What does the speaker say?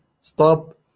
stop